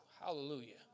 Hallelujah